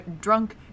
drunk